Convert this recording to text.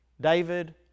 David